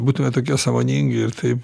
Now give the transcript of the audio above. būtume tokie sąmoningi ir taip